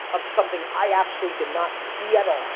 of something i absolutely did not see at all